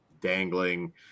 dangling